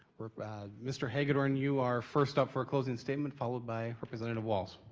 ah mr. hagedorn, you are first up for closing statement, followed by representative walz.